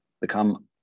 become